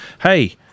Hey